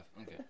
okay